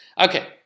Okay